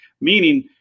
meaning